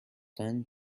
tend